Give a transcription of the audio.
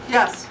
Yes